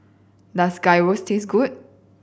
does Gyros taste good